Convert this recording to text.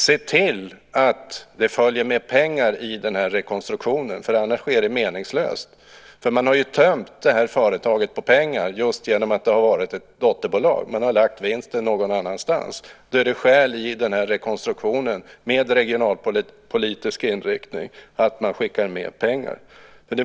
Se till att det följer med pengar i rekonstruktionen, för annars blir det meningslöst. Man har ju tömt det här företaget på pengar just genom att det har varit ett dotterbolag. Man har lagt vinsten någon annanstans. Då finns det skäl, i den här rekonstruktionen med regionalpolitisk inriktning, att man skickar med pengar.